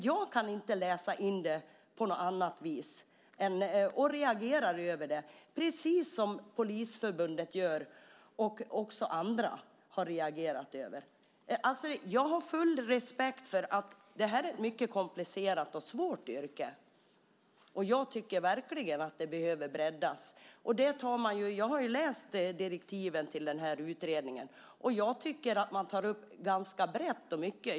Jag kan inte läsa det på något annat vis, och jag reagerar över det, precis som Polisförbundet och även andra reagerat över det. Jag har full respekt för att det är ett mycket komplicerat och svårt yrke, och jag tycker verkligen att det behöver breddas. Jag har läst direktiven till utredningen och tycker att man där tar upp ganska mycket.